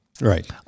Right